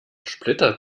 splitter